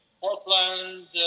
Portland